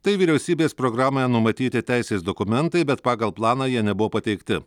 tai vyriausybės programoje numatyti teisės dokumentai bet pagal planą jie nebuvo pateikti